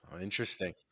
interesting